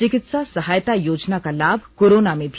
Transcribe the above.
चिकित्सा सहायता योजना का लाभ कोरोना में भी